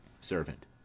Servant